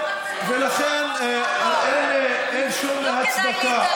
אל תחפש פרוצדורות, ולכן אין שום הצדקה.